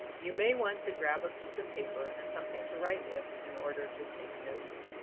you may want to grab a piece of paper and something to write with in order to take notes.